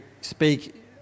speak